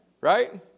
right